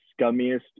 scummiest